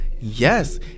yes